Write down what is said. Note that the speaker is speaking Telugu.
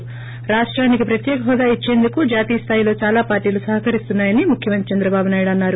ి రాష్టానికి ప్రత్యేక పోదా ఇచ్చేందుకు జాతీయ స్థాయిలో చాలా పార్టీలు సహకరిస్తున్నా యని ముఖ్యమంత్రి చంద్రబాబు నాయుడు అన్నారు